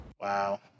Wow